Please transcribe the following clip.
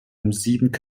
ortsrat